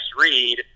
read